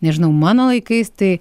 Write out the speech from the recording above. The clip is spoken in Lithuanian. nežinau mano laikais tai